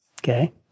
Okay